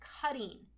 cutting